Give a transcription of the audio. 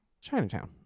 Chinatown